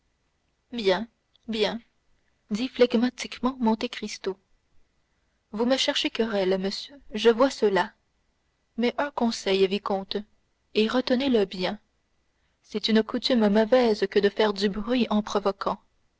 bien bien dit flegmatiquement monte cristo vous me cherchez querelle monsieur je vois cela mais un conseil vicomte et retenez le bien c'est une coutume mauvaise que de faire du bruit en provoquant